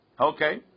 Okay